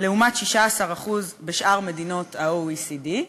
לעומת 16% בשאר מדינות ה-OECD.